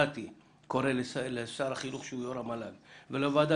אני קורא לשר החינוך שהוא יושב-ראש המל"ג ולוועדה